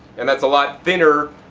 and that's a lot thinner,